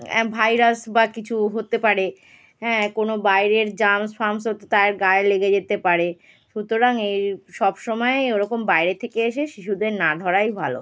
অ্যাঁ virus বা কিছু হতে পারে হ্যাঁ কোনো বাইরের জার্মস ফার্মসও তো তার গায়ে লেগে যেতে পারে সুতরাং এই সব সময় ওরকম বাইরে থেকে এসে শিশুদের না ধরাই ভালো